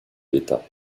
l’état